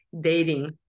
dating